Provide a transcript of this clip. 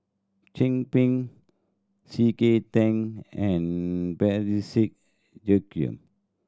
Chin Peng C K Tang and Parsick Joaquim